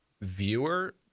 viewer